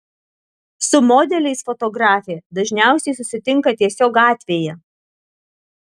su modeliais fotografė dažniausiai susitinka tiesiog gatvėje